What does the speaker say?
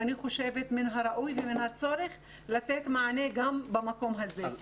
אני חושבת שמן הראוי ומן הצורך לתת מענה גם במקום הזה.